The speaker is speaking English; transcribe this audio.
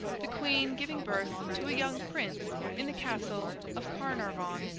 the queen giving birth to a young prince in the castle of carnarvon,